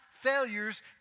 failures